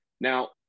Now